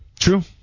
true